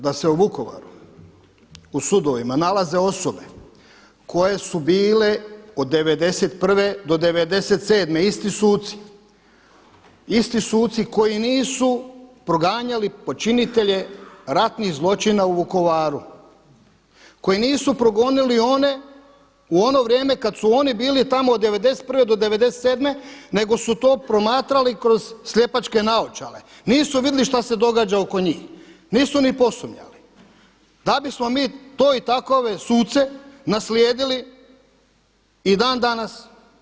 Da se u Vukovaru u sudovima nalaze osobe koje su bile od '91. do 097. isti suci, isti suci koji nisu proganjali počinitelje ratnih zločina u Vukovaru, koji nisu progonili one u ono vrijeme kada su oni bili tamo od 091. do '97. nego su to promatrali kroz sljepačke naočale, nisu vidjeli šta se događa oko njih, nisu ni posumnjali, da bismo mi to i takove suce naslijedili i dan danas.